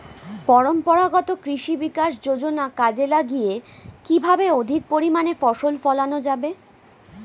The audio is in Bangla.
পরম্পরাগত কৃষি বিকাশ যোজনা কাজে লাগিয়ে কিভাবে অধিক পরিমাণে ফসল ফলানো যাবে?